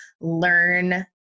learn